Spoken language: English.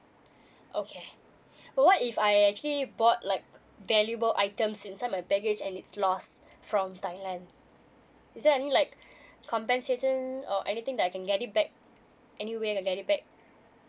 okay what if I actually bought like valuable items inside my baggage and it's lost from thailand is there any like compensation or anything that I can get it back anyway I get it back